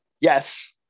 yes